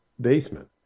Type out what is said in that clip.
basement